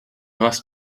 hast